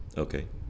okay